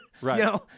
right